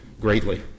greatly